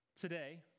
today